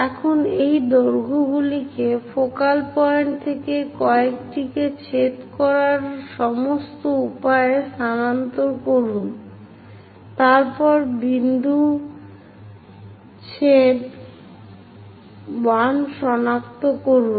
এখন এই দৈর্ঘ্যগুলিকে ফোকাল পয়েন্ট থেকে একটিকে ছেদ করার সমস্ত উপায়ে স্থানান্তর করুন তারপর বিন্দু ছেদ 1 সনাক্ত করুন